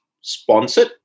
sponsored